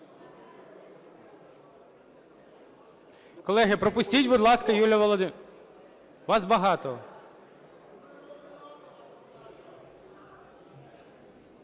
Колеги, пропустіть, будь ласка, Юлію Володимирівну. Вас багато.